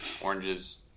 oranges